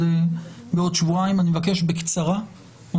תודה.